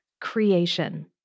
creation